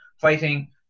fighting